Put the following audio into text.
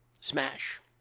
smash